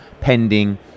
pending